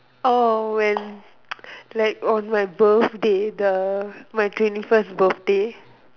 orh when like on my birthday the my twenty first birthday